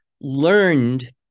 learned